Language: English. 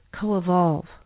co-evolve